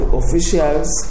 officials